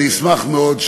אני אשמח מאוד,